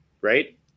right